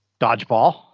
Dodgeball